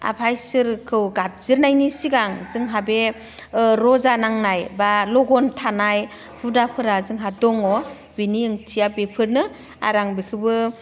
आफा इसोरखौ गाबज्रिनायनि सिगां जोंहा बे रजा नांनाय बा लगन थानाय हुदाफोरा जोंहा दङ बिनि ओंथिया बेफोरनो आरो आं बयखौबो